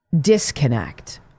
disconnect